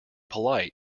polite